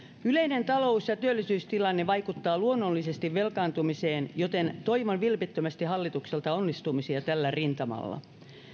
yleinen talous ja työllisyystilanne vaikuttaa luonnollisesti velkaantumiseen joten toivon vilpittömästi hallitukselta onnistumisia tällä rintamalla